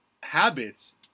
habits